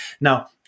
Now